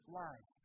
life